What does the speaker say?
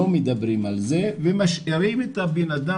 לא מדברים על זה ומשאירים את הבנאדם